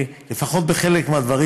לפחות בחלק מהדברים,